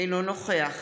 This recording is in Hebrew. אינו נוכח